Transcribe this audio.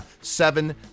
seven